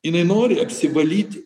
jinai nori apsivalyti